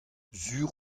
sur